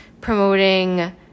promoting